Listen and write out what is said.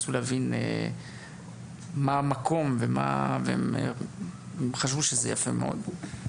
ורצו להבין מה המקום וחשבו שזה יפה מאוד.